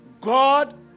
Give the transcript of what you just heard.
God